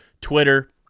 twitter